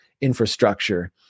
infrastructure